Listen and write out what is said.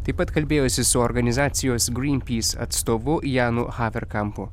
taip pat kalbėjosi su organizacijos greenpeace atstovu janu haverkampu